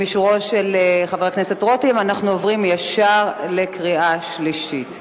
עם אישורו של חבר הכנסת רותם אנחנו עוברים ישר לקריאה שלישית.